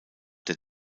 der